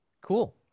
Cool